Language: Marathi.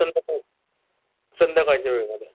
संध्याकाळ संध्याकाळच्या वेळेमध्ये